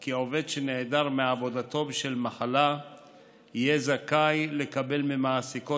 כי עובד שנעדר מעבודתו בשל מחלה יהיה זכאי לקבל ממעסיקו